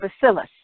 bacillus